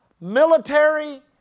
military